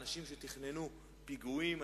אנשים שתכננו פיגועים,